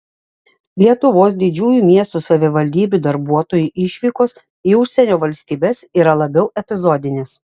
lietuvos didžiųjų miestų savivaldybių darbuotojų išvykos į užsienio valstybes yra labiau epizodinės